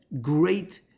great